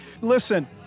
Listen